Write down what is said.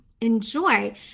enjoy